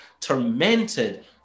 tormented